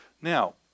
Now